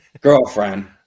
girlfriend